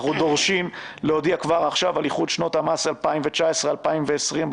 אנחנו דורשים להודיע כבר עכשיו על איחוד שנות המס 2020-2019 בדיווח,